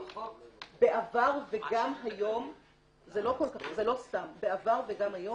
בעבר וגם היום זה לא סתם בעבר וגם היום,